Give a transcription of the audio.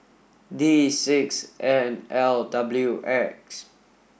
D six N L W X